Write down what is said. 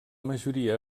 majoria